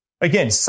Again